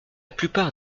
plupart